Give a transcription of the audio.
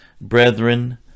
brethren